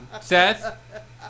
Seth